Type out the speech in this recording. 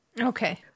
Okay